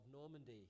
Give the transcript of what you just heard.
Normandy